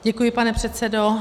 Děkuji, pane předsedo.